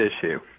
issue